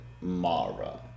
Mara